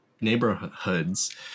neighborhoods